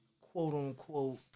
quote-unquote